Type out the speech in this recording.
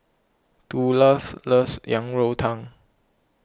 Tula loves Yang Rou Tang